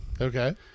Okay